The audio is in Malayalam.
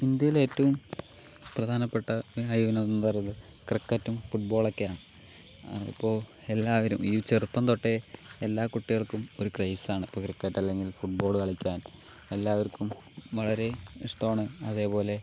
ഇന്ത്യയിലെ ഏറ്റവും പ്രധാനപ്പെട്ട കായിക വിനോദം എന്ന് പറയുന്നത് ക്രിക്കറ്റും ഫുട്ബോളുമൊക്കെ ആണ് ഇപ്പോൾ എല്ലാവരും ഈ ചെറുപ്പം തൊട്ടേ എല്ലാ കുട്ടികൾക്കും ഒരു ക്രൈസാണ് ഇപ്പോൾ ക്രിക്കറ്റ് അല്ലെങ്കിൽ ഫുട്ബോൾ കളിക്കാൻ എല്ലാവർക്കും വളരെ ഇഷ്ട്ടമാണ് അതുപോലെ